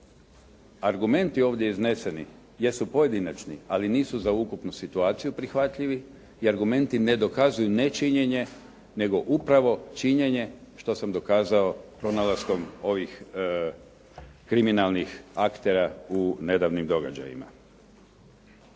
argumenti ovdje izneseni jesu pojedinačni, ali nisu za ukupnu situaciju prihvatljivi i argumenti ne dokazuju nečinjenje, nego upravo činjenje, što sam dokazao pronalaskom ovih kriminalnih aktera u nedavnim događajima.